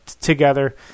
Together